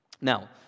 Now